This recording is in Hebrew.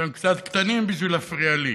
אתם קצת קטנים בשביל להפריע לי,